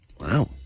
Wow